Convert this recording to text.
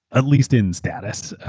at least in status,